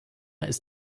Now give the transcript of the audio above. ist